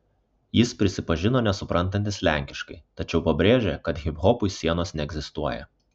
jis prisipažino nesuprantantis lenkiškai tačiau pabrėžė kad hiphopui sienos neegzistuoja